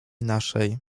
naszej